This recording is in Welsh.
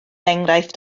enghraifft